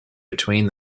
between